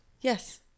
Yes